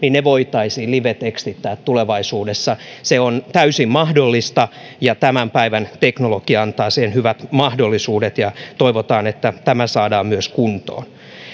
voitaisiin livetekstittää tulevaisuudessa se on täysin mahdollista ja tämän päivän teknologia antaa siihen hyvät mahdollisuudet toivotaan että myös tämä saadaan kuntoon